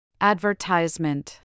Advertisement